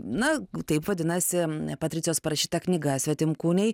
na taip vadinasi patricijos parašyta knyga svetimkūniai